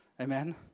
Amen